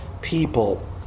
people